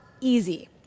easy